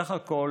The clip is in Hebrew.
בסך הכול